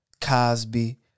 Cosby